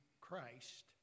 Christ